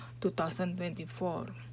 2024